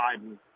Biden